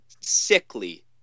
sickly